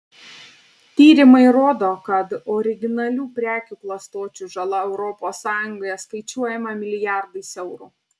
tyrimai rodo kad originalių prekių klastočių žala europos sąjungoje skaičiuojama milijardais eurų